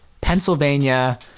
Pennsylvania